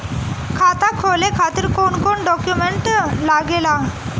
खाता खोले खातिर कौन कौन डॉक्यूमेंट लागेला?